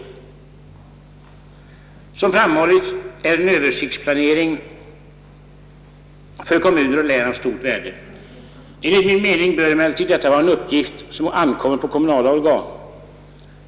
Såsom framhållits är en översiktsplanering för kommuner och län av stort värde. Enligt min mening bör emellertid detta vara en uppgift, som ankommer på kommunala organ.